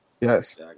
Yes